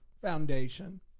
Foundation